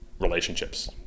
relationships